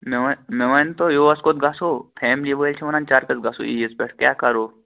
مےٚ وَن مےٚ ؤنۍتَو یہُس کوٚت گژھَو فیملی وٲلۍ چھِ وَنان چکرس گژھَو عیٖد پٮ۪ٹھ کیٛاہ کَرَو